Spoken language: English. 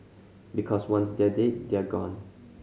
because once they're dead they're gone